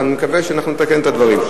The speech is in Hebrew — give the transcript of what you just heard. ואני מקווה שאנחנו נתקן את הדברים.